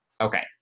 Okay